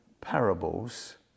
parables